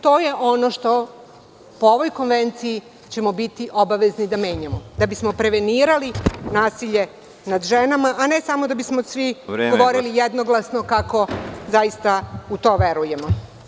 To je ono što po ovoj konvenciji ćemo biti obavezni da menjamo da bismo prevenirali nasilje nad ženama, a ne samo da bismo svi govorili jednoglasno kako zaista u to verujemo.